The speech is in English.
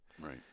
right